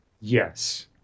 Yes